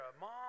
mom